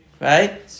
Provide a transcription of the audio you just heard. Right